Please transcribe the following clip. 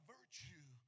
virtue